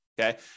okay